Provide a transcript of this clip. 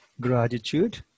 Gratitude